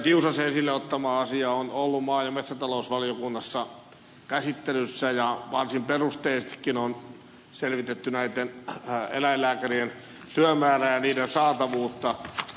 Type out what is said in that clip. tiusasen esille ottama asia on ollut maa ja metsätalousvaliokunnassa käsittelyssä ja varsin perusteellisestikin on selvitetty näitten eläinlääkärien työmäärää ja saatavuutta